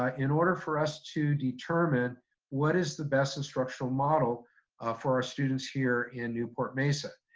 ah in order for us to determine what is the best instructional model for our students here in newport-mesa.